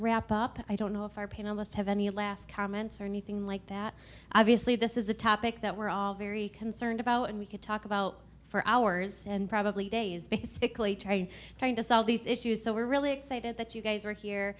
wrap up i don't know if our panelists have any last comments or anything like that obviously this is a topic that we're all very concerned about and we could talk about for hours and probably days basically trying to solve these issues so we're really excited that you guys are here